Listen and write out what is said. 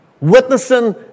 witnessing